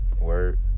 Word